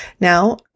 Now